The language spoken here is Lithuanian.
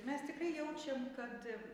mes tikrai jaučiam kad